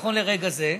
נכון לרגע זה,